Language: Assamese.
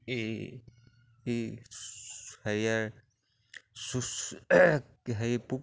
এই এই হেৰিয়াৰ হেৰি পোক